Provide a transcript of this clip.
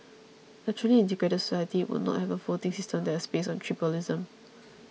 a truly integrated society would not have a voting system that was based on tribalism